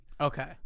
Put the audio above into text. Okay